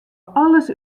alles